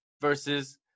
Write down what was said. versus